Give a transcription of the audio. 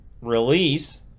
release